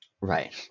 right